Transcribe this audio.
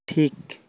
ᱴᱷᱤᱠ